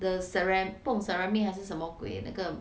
the ceram~ 不懂 ceramic 还是什么鬼那个